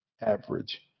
average